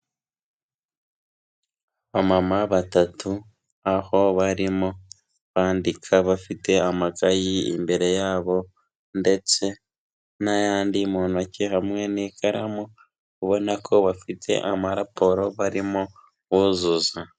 Abamama batatu, aho barimo bandika bafite amakayi imbere yabo ndetse n'ayandi mu ntoki hamwe n'ikaramu, ubona ko bafite amaraporo barimo buzuza.